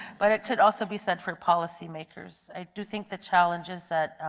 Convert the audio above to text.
but it can also be set for policymakers. i do think the challenges that